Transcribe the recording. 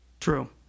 True